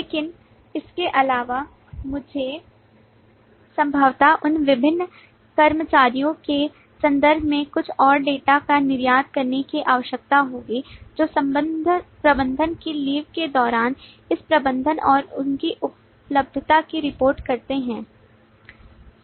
लेकिन इसके अलावा मुझे संभवतः उन विभिन्न कर्मचारियों के संदर्भ में कुछ और डेटा का निर्यात करने की आवश्यकता होगी जो प्रबंधक की लीव के दौरान इस प्रबंधक और उनकी उपलब्धता की रिपोर्ट करते हैं